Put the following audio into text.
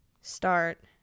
start